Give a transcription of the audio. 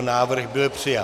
Návrh byl přijat.